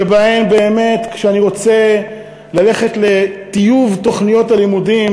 שבו באמת כשאני רוצה ללכת לטיוב תוכניות הלימודים,